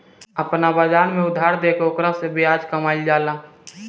आपना बाजार में उधार देके ओकरा से ब्याज कामईल जाला